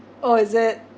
oh is it